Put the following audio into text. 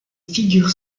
figure